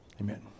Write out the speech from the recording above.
amen